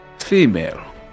female